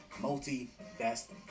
Multi-best